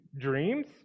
dreams